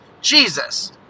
Jesus